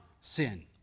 sin